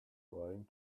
trying